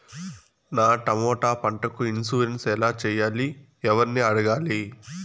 నా టమోటా పంటకు ఇన్సూరెన్సు ఎలా చెయ్యాలి? ఎవర్ని అడగాలి?